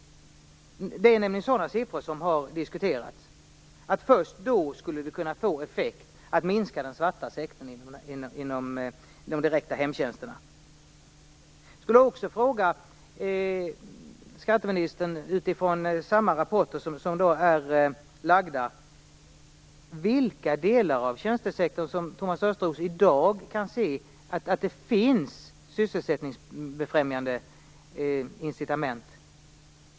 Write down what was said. Det är nämligen sådana siffror som diskuterats. Först då skulle det kunna få effekt när det gäller att minska den svarta sektorn inom de direkta hemtjänsterna. Jag skulle också vilja fråga skatteministern utifrån samma rapporter inom vilka delar av tjänstesektorn som Thomas Östros i dag kan se sysselsättningsbefrämjande incitament.